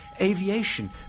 aviation